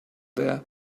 there